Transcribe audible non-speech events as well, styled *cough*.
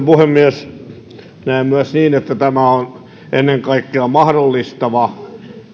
*unintelligible* puhemies myös minä näen että tämä on ennen kaikkea mahdollistava